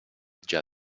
già